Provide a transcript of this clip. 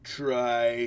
try